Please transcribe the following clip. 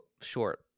short